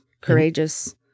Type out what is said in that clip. courageous